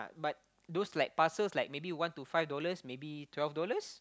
but those like parcels like one to five dollars maybe twelve dollars